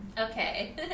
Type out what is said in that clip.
Okay